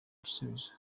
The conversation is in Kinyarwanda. igisubizo